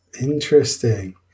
Interesting